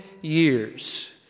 years